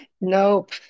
Nope